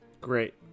Great